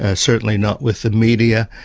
ah certainly not with the media.